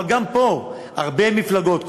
אבל גם פה הרבה מפלגות,